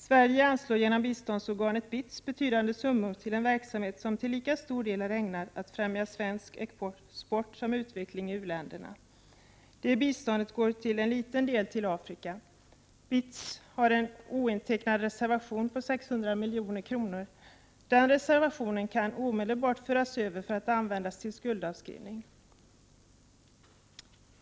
Sverige anslår genom biståndsorganet BITS betydande summor till en verksamhet som till lika stor del är ägnad att främja svensk export som utveckling i u-länderna. Det biståndet går till en liten del till Afrika. BITS har en ointecknad reservation på ca 600 milj.kr. Den reservationen kan omedelbart föras över och användas till skuldavskrivning.